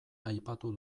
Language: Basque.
aipatu